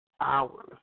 hours